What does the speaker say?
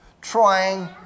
trying